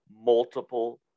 multiple